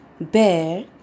bear